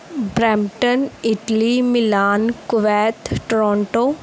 Brampton Italy Milan Kuwait Toronto